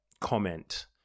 comment